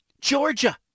Georgia